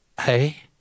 hey